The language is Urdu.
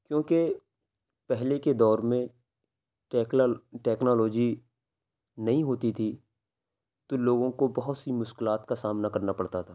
کیونکہ پہلے کے دور میں ٹیکنالوجی نہیں ہوتی تھی تو لوگوں کو بہت سی مشکلات کا سامنا کرنا پڑتا تھا